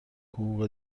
حقوق